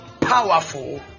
powerful